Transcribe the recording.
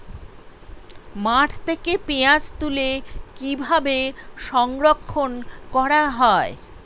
মাঠ থেকে পেঁয়াজ তুলে কিভাবে সংরক্ষণ করা হয়?